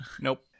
Nope